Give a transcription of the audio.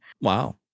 wow